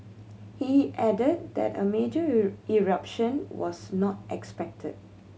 he added that a major eruption was not expected